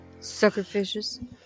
Suckerfishes